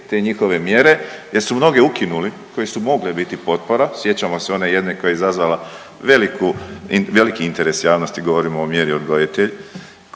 te njihove mjere jer su mnoge ukinuli koji su mogle biti potpora. Sjećamo se one jedne koja je izazvala veliku, veliki interes javnosti, govorim o mjeri odgojitelj